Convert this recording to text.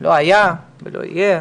לא היה ולא יהיה,